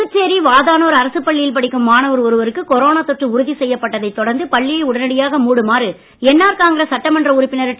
புதுச்சேரி வாதானூர் அரசுப் பள்ளியில் படிக்கும் மாணவர் ஒருவருக்கு கொரோனா தொற்று உறுதி செய்யப்பட்டதைத் தொடர்ந்து பள்ளியை உடனடியாக மூடுமாறு என்ஆர் காங்கிரஸ் சட்டமன்ற உறுப்பினர் திரு